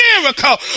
miracle